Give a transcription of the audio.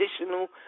additional